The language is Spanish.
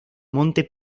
monte